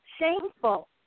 shameful